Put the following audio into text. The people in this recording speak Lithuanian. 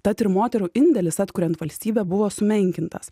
tad ir moterų indėlis atkuriant valstybę buvo sumenkintas